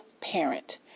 parent